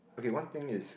okay one thing is